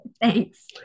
Thanks